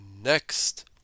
next